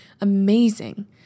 amazing